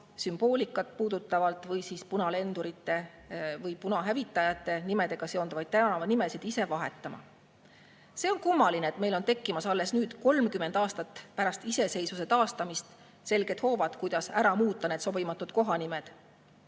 punasümboolikat puudutavat või punalendurite või punahävitajate nimedega seonduvaid tänavanimesid ise vahetama. See on kummaline, et meil on tekkimas alles nüüd, 30 aastat pärast iseseisvuse taastamist selged hoovad, kuidas ära muuta need sobimatud kohanimed,